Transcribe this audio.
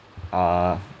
uh